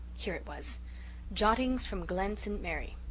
here it was jottings from glen st. mary.